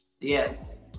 yes